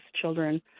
children